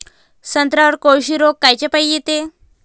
संत्र्यावर कोळशी रोग कायच्यापाई येते?